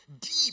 Deep